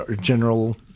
general